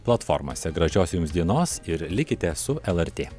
platformose gražios jums dienos ir likite su lrt